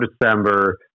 December